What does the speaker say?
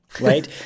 right